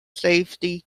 safety